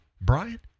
Brian